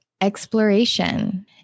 exploration